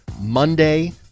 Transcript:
Monday